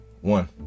One